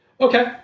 okay